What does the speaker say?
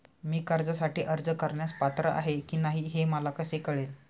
मी कर्जासाठी अर्ज करण्यास पात्र आहे की नाही हे मला कसे कळेल?